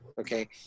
Okay